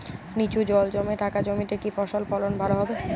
নিচু জল জমে থাকা জমিতে কি ফসল ফলন ভালো হবে?